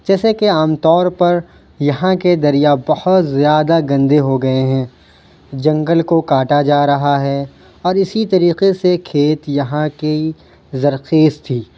جیسا کہ عام طور پر یہاں کے دریا بہت زیادہ گندے ہو گئے ہیں جنگل کو کاٹا جا رہا ہے اور اسی طریقے سے کھیت یہاں کی زرخیز تھی